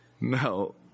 No